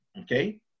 okay